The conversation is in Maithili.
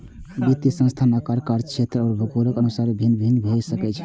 वित्तीय संस्थान आकार, कार्यक्षेत्र आ भूगोलक अनुसार भिन्न भिन्न भए सकै छै